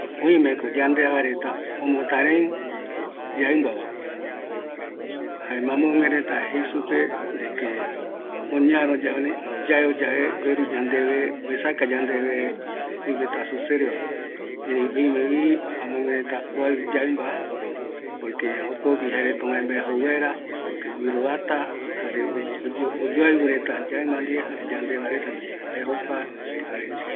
Oimeko yande va reta omotarei yaimba va, amogue reta jei supe, oñaro yave, oyaeo yave gueru yandeve, oesauka yandeve oimeta susereva, oimevi amogue reta oau yaɨmba va, jokogui jaereta övae mbae jou vaera, guiroata reta, oyoaɨu reta yande va reta ndive